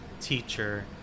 teacher